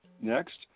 Next